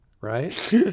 right